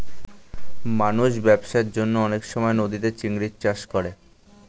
মানুষ ব্যবসার জন্যে অনেক সময় নদীতে চিংড়ির চাষ করে